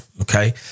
Okay